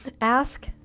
ask